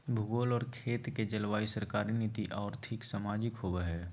भूगोल और खेत के जलवायु सरकारी नीति और्थिक, सामाजिक होबैय हइ